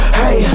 hey